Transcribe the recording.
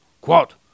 Quote